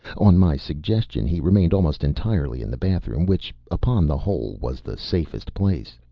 on my suggestion he remained almost entirely in the bathroom which, upon the whole, was the safest place.